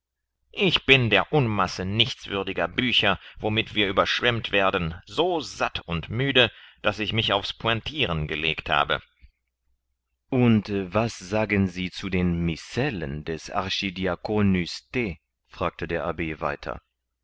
ich bin der unmasse nichtswürdiger bücher womit wir überschwemmt werden so satt und müde daß ich mich aufs pointiren gelegt habe und was sagen sie zu den miscellen des archidiakonus t fragte der abb weiter